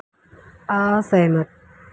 असहमत